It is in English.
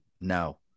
No